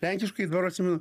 lenkiškai dabar atsimenu